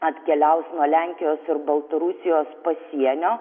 atkeliaus nuo lenkijos ir baltarusijos pasienio